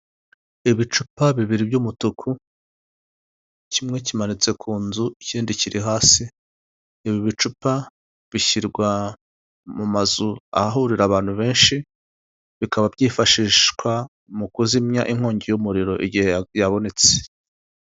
Ibicupa bibiri by'umutuku; kimwe kimanitse ku nzu, ikindi kiri hasi, ibi bicupa bishyirwa mu mazu, ahahurira abantu benshi, bikaba byifashishwa mu kuzimya inkongi y'umuriro, igihe yabonetse.